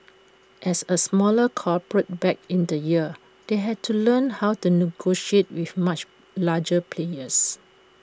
as A smaller corporate back in the year they had to learn how to negotiate with much larger players